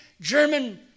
German